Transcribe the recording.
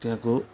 त्यहाँको